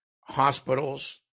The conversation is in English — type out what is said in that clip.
hospitals